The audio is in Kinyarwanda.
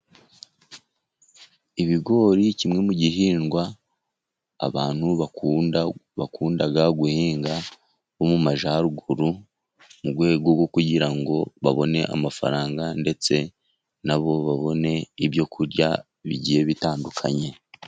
Ibigori kimwe mu bihingwa abantu bakunda guhinga bo mu Majyaruguru mu rwego rwo kugira ngo babone amafaranga, ndetse na bo babone ibyo kurya bigiye bitandukanye.